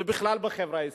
ובכלל בחברה הישראלית.